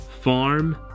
farm